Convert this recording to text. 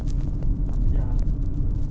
berapa jam buat jer